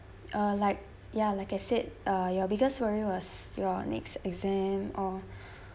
uh like ya like I said uh your biggest worry was your next exam or